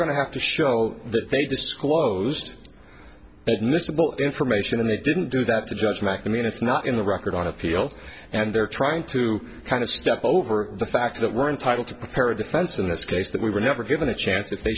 going to have to show that they disclosed admissible information and they didn't do that to judge mcnamee and it's not in the record on appeal and they're trying to kind of step over the fact that we're entitled to prepare a defense in this case that we were never given a chance if they